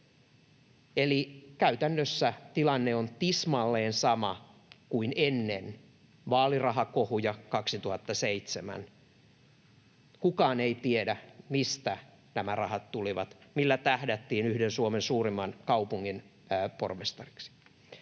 eli käytännössä tilanne on tismalleen sama kuin ennen vaalirahakohuja 2007. Kukaan ei tiedä, mistä nämä rahat tulivat, millä tähdättiin yhden Suomen suurimman kaupungin pormestariksi.